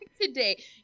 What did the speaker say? today